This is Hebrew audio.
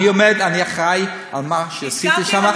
אני אחראי למה שעשיתי שם,